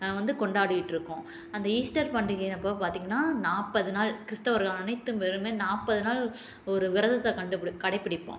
வந்து கொண்டாடிகிட்டு இருக்கோம் அந்த ஈஸ்டர் பண்டிகை அப்போ பார்த்திங்ன்னா நாற்பது நாள் கிறிஸ்துவர்கள் அனைத்து பேரும் நாற்பது நாள் ஒரு விரதத்த கண்டு கடைபிடிப்போம்